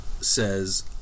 says